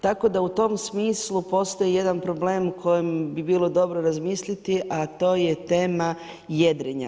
Tako da i u tom smislu postoji jedan problem, o kojem bi bilo dobro razmisliti, a to je tema jedrenja.